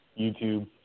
YouTube